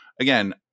again